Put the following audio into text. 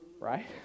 right